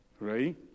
Right